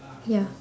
ya